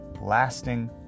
lasting